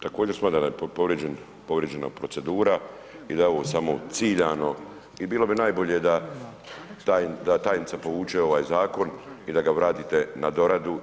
Također smatram da je povrijeđena procedura i da je ovo samo ciljano i bilo bi najbolje da tajnica povuče ovaj zakon i da ga vratite na doradu.